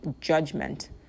judgment